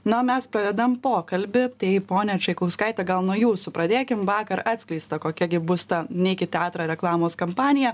na o mes pradedam pokalbį apie ponią čaikauskaite gal nuo jūsų pradėkim vakar atskleista kokia gi bus ta neik į teatrą reklamos kampanija